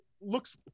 looks